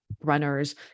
runners